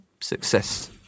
success